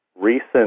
Recent